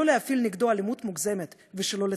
ולא להפעיל נגדו אלימות מוגזמת ושלא לצורך.